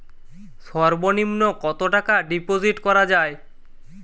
সর্ব নিম্ন কতটাকা ডিপোজিট করা য়ায়?